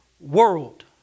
world